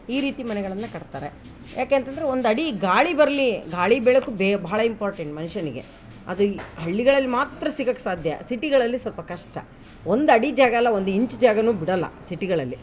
ಈ ರೀತಿ ಮನೆಗಳನ್ನು ಕಟ್ತಾರೆ ಯಾಕೆ ಅಂತಂದರೆ ಒಂದು ಅಡಿ ಗಾಳಿ ಬರಲಿ ಗಾಳಿ ಬೆಳಕು ಬೇ ಭಾಳ ಇಂಪಾರ್ಟೆಂಟ್ ಮನುಷ್ಯನಿಗೆ ಅದು ಈ ಹಳ್ಳಿಗಳಲ್ಲಿ ಮಾತ್ರ ಸಿಗೋಕ್ ಸಾಧ್ಯ ಸಿಟಿಗಳಲ್ಲಿ ಸ್ವಲ್ಪ ಕಷ್ಟ ಒಂದು ಅಡಿ ಜಾಗ ಅಲ್ಲ ಒಂದು ಇಂಚು ಜಾಗನೂ ಬಿಡೋಲ್ಲ ಸಿಟಿಗಳಲ್ಲಿ